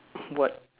what